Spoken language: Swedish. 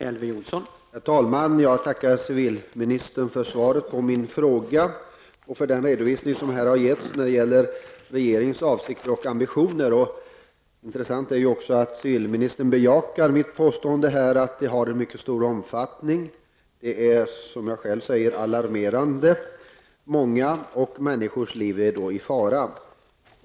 Herr talman! Jag tackar civilministern för svaret på min fråga och för den redovisning som har givits när det gäller regeringens avsikter och ambitioner. Det är intressant att civilministern bejakar mitt påstående att den här brottsligheten har mycket stor omfattning. Läget är, som jag själv har skrivit, alarmerande. Många människors liv är i fara.